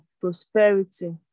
prosperity